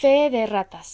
fee de erratas